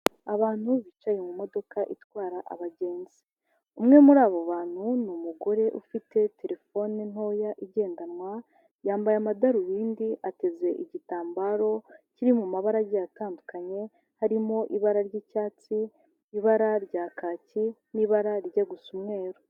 Abantu bicaye mu modoka itwara abagenzi, umwe muri abo bantu ni umugore, ufite terefone ntoya igendanwa, yambaye amadarubindi ateze igitambaro kiri mu mabara agiye atandukanye harimo: ibara ry'icyatsi, ibara rya kaki n'ibara rijya gusa umweru.